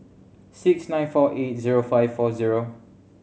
six nine four eight zero five four zero